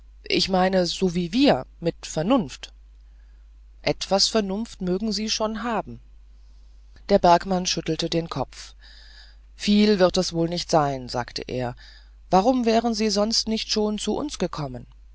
ich meine so wie wir mit vernunft etwas vernunft mögen sie schon haben der bergmann schüttelte den kopf viel wird es wohl nicht sein sagte er warum wären sie sonst nicht schon zu uns gekommen